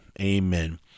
amen